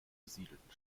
besiedelten